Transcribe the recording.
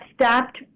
stopped